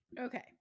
okay